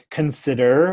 consider